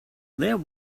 there